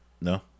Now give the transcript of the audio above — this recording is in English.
No